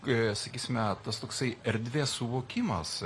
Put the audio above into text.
sakysime tas toksai erdvės suvokimas